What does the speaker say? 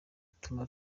ituma